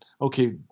okay